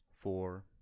four